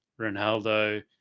Ronaldo